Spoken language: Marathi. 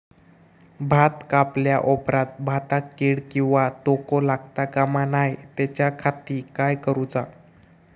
भात कापल्या ऑप्रात भाताक कीड किंवा तोको लगता काम नाय त्याच्या खाती काय करुचा?